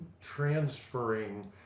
transferring